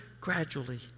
gradually